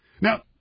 Now